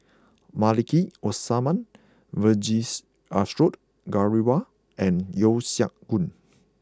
Maliki Osman Vijesh Ashok Ghariwala and Yeo Siak Goon